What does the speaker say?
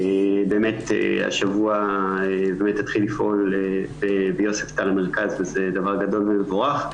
באמת השבוע התחיל לפעול ביוספטל המרכז וזה דבר גדול ומבורך,